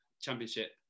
championship